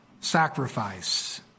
sacrifice